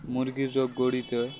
মুরগির রোগ গরুতে